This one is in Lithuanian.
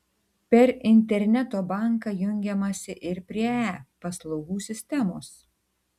per interneto banką jungiamasi ir prie e paslaugų sistemos